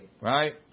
Right